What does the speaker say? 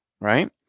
right